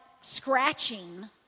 scratching